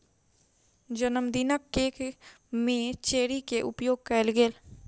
जनमदिनक केक में चेरी के उपयोग कएल गेल